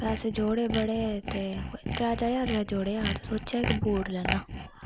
पैसे जोडे़ बड़े ते त्रै चार ज्हार रपे जोडे़आ ते सोचेआ कि बूट लैना